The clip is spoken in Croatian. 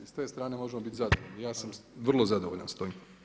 S te strane možemo biti zadovoljni, ja sam vrlo zadovoljan s tim.